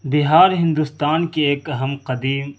بہار ہندوستان کی ایک اہم قدیم